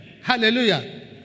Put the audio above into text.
Hallelujah